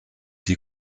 die